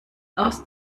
aus